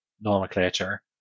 nomenclature